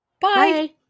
Bye